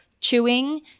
chewing